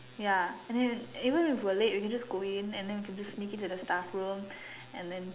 ya and then even if we were late you can just go in and then you can just sneak into the staff room and then